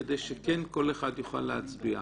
כדי שכן כל אחד יוכל להצביע.